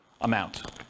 amount